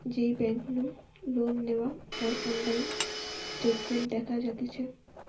যেই বেংক নু লোন নেওয়া হয়অনলাইন স্টেটমেন্ট দেখা যাতিছে